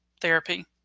therapy